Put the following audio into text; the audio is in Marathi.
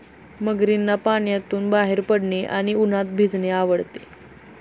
मगरींना पाण्यातून बाहेर पडणे आणि उन्हात भिजणे आवडते